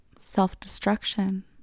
Self-destruction